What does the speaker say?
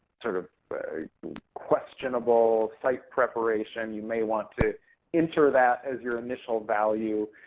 sort of questionable site preparation. you may want to ensure that as your initial value.